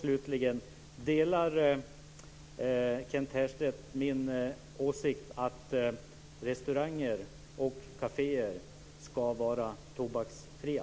Slutligen undrar jag om Kent Härstedt delar min åsikt att restauranger och kaféer ska vara tobaksfria.